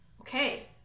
Okay